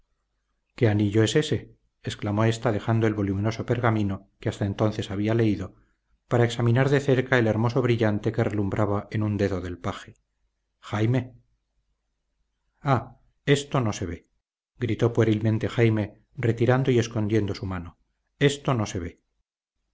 qué anillo es ése exclamó ésta dejando el voluminoso pergamino que hasta entonces había leído para examinar de cerca el hermoso brillante que relumbraba en un dedo del paje jaime ah esto no se ve gritó puerilmente jaime retirando y escondiendo su mano esto no se ve